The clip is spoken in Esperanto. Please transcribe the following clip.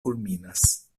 kulminas